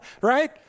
right